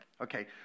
Okay